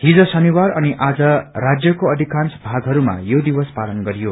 हिज शनिबार अनि आज राज्यको अधिकांश भागहरूमा यो दिवस पालन गरियो